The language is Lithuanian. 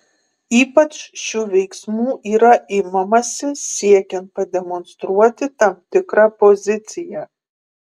ypač šių veiksmų yra imamasi siekiant pademonstruoti tam tikrą poziciją